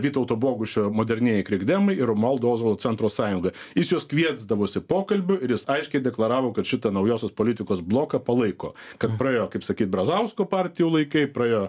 vytauto bogušio modernieji krikdemai ir romualdo ozolo centro sąjunga jis juos kviesdavosi pokalbių ir jis aiškiai deklaravo kad šitą naujosios politikos bloką palaiko kad praėjo kaip sakyt brazausko partijų laikai praėjo